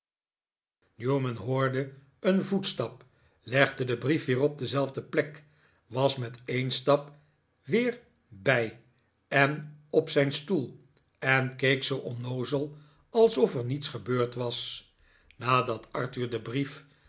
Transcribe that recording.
newman hoorde een voetstap legde den brief weer op dezelfde plek was met een stap weer bij en op zijn stoel en keek zoo onnoozel alsof er niets gebeurd was nadat arthur den brief